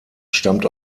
stammt